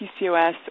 PCOS